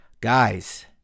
Guys